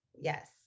Yes